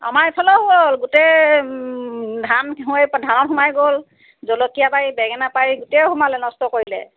আমাৰ এইফালেও হ'ল গোটেই ধান হৈ ধানত সোমাই গ'ল জলকীয়া বাৰী বেঙেনা বাৰী গোটেই সোমালে নষ্ট কৰিলে